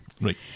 Right